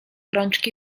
rączki